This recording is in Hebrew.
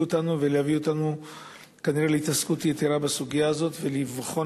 אותנו ולהביא אותנו להתעסקות יתירה בסוגיה הזאת ולבחון